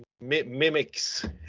mimics